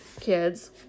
kids